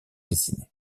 dessinée